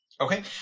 Okay